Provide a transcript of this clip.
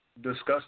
discussed